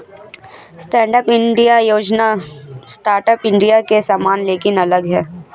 stand up India योजना startup India के समान लेकिन अलग है